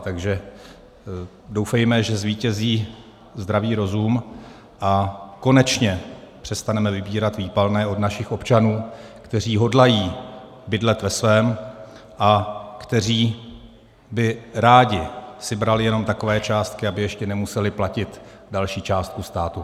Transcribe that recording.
Takže doufejme, že zvítězí zdravý rozum a konečně přestaneme vybírat výpalné od našich občanů, kteří hodlají bydlet ve svém a kteří by rádi si brali jenom takové částky, aby ještě nemuseli platit další částku státu.